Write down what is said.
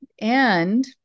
And-